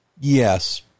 Yes